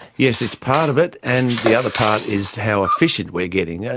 yes, it's part of it, and the other part is how efficient we are getting.